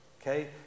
okay